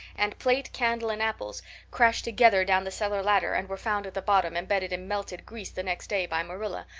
and plate, candle, and apples crashed together down the cellar ladder and were found at the bottom embedded in melted grease, the next day, by marilla,